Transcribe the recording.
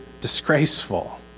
disgraceful